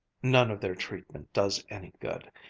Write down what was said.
none of their treatment does any good.